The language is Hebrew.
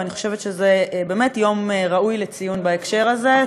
ואני חושבת שזה באמת יום ראוי לציון בהקשר הזה.